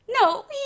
No